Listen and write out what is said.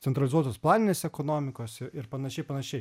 centralizuotos planinės ekonomikos ir panašiai panašiai